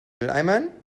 mülleimern